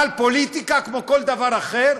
אבל פוליטיקה, כמו כל דבר אחר,